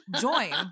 join